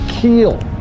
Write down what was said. keel